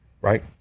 Right